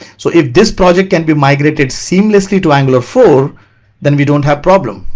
so if this project can be migrated seamlessly to angular four then we don't have problem.